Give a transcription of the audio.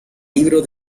libro